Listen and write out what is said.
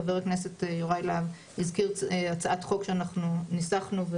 חבר הכנסתי יוראי להב הזכיר הצעת חוק שאנחנו ניסחנו,